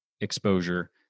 exposure